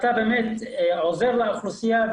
אתה עוזר לאוכלוסייה,